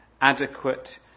adequate